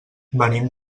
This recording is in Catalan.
venim